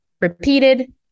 repeated